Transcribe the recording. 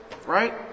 Right